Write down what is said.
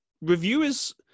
reviewers